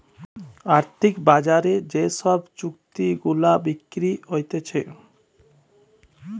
আর্থিক বাজারে যে সব চুক্তি গুলা বিক্রি হতিছে